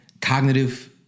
cognitive